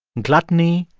gluttony,